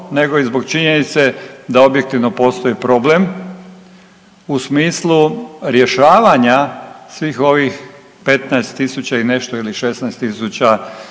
nego i zbog činjenice da objektivno postoji problem u smislu rješavanja svih ovih 15.000 i nešto ili 16.000